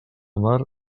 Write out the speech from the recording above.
mar